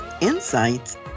insights